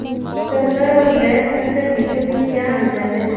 संकर और गैर संकर बीजों में क्या अंतर है?